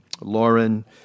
Lauren